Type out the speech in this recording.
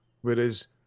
Whereas